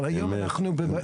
אבל היום אנחנו בסרט אחר.